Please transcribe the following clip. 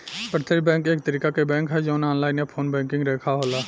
प्रत्यक्ष बैंक एक तरीका के बैंक ह जवन ऑनलाइन या फ़ोन बैंकिंग लेखा होला